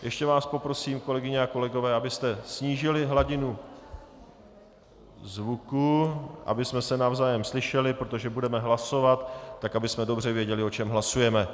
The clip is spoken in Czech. Ještě vás poprosím, kolegyně a kolegové, abyste snížili hladinu zvuku, abychom se navzájem slyšeli, protože budeme hlasovat, tak abychom dobře věděli, o čem hlasujeme.